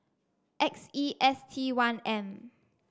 X E S T one M